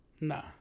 Nah